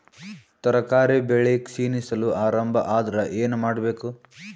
ತರಕಾರಿ ಬೆಳಿ ಕ್ಷೀಣಿಸಲು ಆರಂಭ ಆದ್ರ ಏನ ಮಾಡಬೇಕು?